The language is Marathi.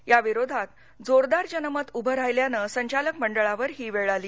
या विरोधात जोरदार जनमत उभं राहिल्यानं संचालक मंडळावर ही वेळ आली